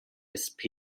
bspw